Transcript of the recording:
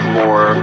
more